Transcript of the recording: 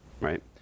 Right